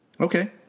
Okay